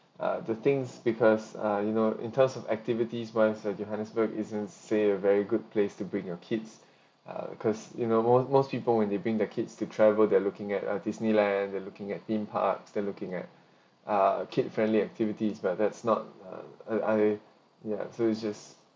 uh the things because ah you know in terms of activities wise uh johannesburg isn't say a very good place to bring your kids ah because you know most most people when they bring their kids to travel they're looking at uh disneyland they're looking at theme parks they're looking at ah a kid friendly activity but that's not uh I ya so it just